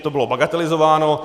To bylo bagatelizováno.